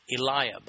Eliab